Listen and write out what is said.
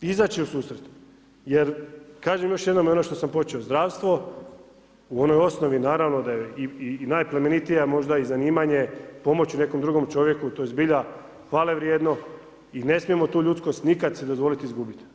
Izaći u susret, jer kažem još jednom i ono što sam počeo, zdravstvo u onoj osnovni, naravno da je najplemenitija i možda i zanimanje, pomoći nekom drugom čovjeku to je zbilja hvale vrijedno i ne smijemo tu ljudskost nikad … i izgubiti.